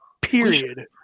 period